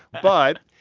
but,